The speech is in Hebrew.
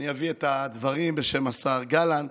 אביא את הדברים בשם השר גלנט,